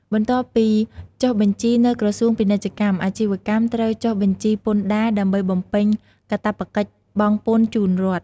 បន្ទាប់ពីចុះបញ្ជីនៅក្រសួងពាណិជ្ជកម្ម អាជីវកម្មត្រូវចុះបញ្ជីពន្ធដារ ដើម្បីបំពេញកាតព្វកិច្ចបង់ពន្ធជូនរដ្ឋ។